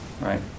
right